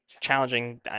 challenging